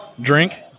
Drink